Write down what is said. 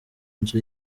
nzu